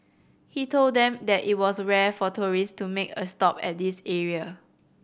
he told them that it was rare for tourists to make a stop at this area